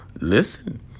listen